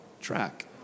track